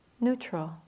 neutral